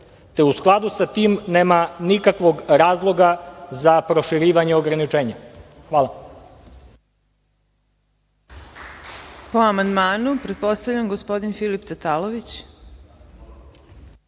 te u skladu sa tim nema nikakvog razloga za proširivanje ograničenja. Hvala.